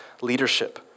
leadership